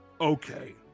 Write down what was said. Okay